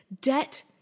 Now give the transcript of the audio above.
Debt